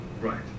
Right